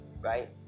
right